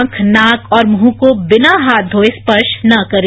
आंख नाक और मृंह को बिना हाथ धोये स्पर्श न करें